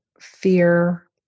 fear